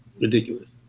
ridiculous